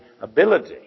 ability